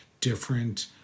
different